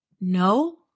No